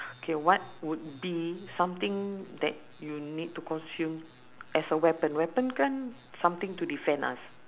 K what would be something that you need to consume as a weapon weapon kan something to defend us